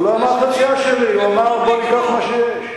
הוא לא אמר: חציה שלי, הוא אמר: בוא ניקח מה שיש.